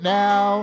now